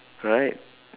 right